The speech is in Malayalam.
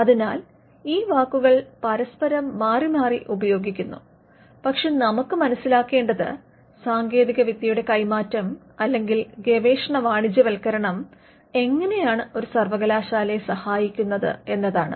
അതിനാൽ ഈ വാക്കുകൾ പരസ്പരം മാറിമാറി ഉപയോഗിക്കുന്നു പക്ഷേ നമുക്ക് മനസിലാക്കേണ്ടത് സാങ്കേതികവിദ്യയുടെ കൈമാറ്റം അല്ലെങ്കിൽ ഗവേഷണ വാണിജ്യവത്ക്കരണം എങ്ങനെയാണ് ഒരു സർവ്വകലാശാലയെ സഹായിക്കുന്നത് എന്നതാണ്